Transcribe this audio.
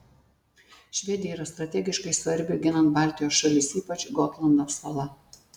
švedija yra strategiškai svarbi ginant baltijos šalis ypač gotlando sala